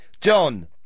John